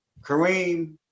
Kareem